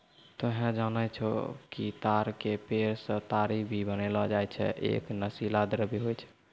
तोहं जानै छौ कि ताड़ के पेड़ सॅ ताड़ी भी बनैलो जाय छै, है एक नशीला द्रव्य होय छै